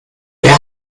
wer